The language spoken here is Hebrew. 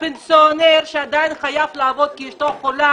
יש כאן פנסיונר שעדיין חייב לעבוד כי אשתו חולה